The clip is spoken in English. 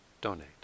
donate